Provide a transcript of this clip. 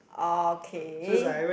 um K